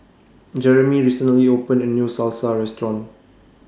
Jerimy recently opened A New Salsa Restaurant